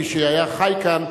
מי שהיה חי כאן,